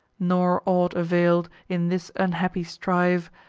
nor aught avail'd, in this unhappy strife,